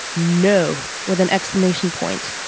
no, with an exclamation point.